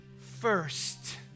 first